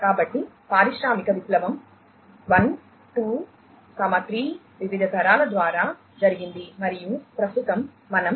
కాబట్టి పారిశ్రామిక విప్లవం 1 2 3 వివిధ తరాల ద్వారా జరిగింది మరియు ప్రస్తుతం మనం 4